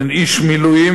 אין איש מילואים,